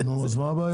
מה הבעיה?